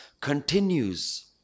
continues